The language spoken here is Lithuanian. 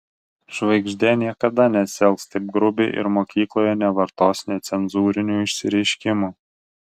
žvaigždė niekada nesielgs taip grubiai ir mokykloje nevartos necenzūrinių išsireiškimų